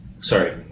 Sorry